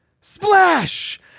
Splash